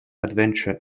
adventure